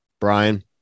Brian